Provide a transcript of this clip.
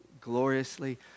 Gloriously